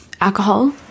alcohol